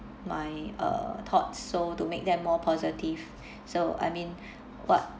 my uh thoughts so to make them more positive so I mean what